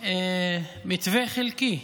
מתווה חלקי,